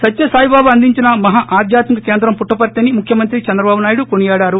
సత్యసాయిబాబా అందించిన మహా ఆధ్యాత్మిక కేంద్రం పుట్టపర్తి అని ముఖ్యమంత్రి చంద్రబాబు నాయుడు కొనియాడారు